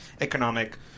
economic